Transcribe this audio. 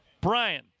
Brian